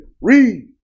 Read